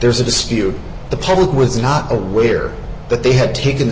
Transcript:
there's a dispute the parent was not aware that they had taken the